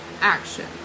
action